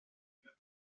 ببره